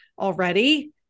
already